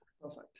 Perfect